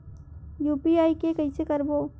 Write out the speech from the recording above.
UPI के कइसे करबो?